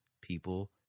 people